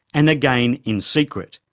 and again in secret.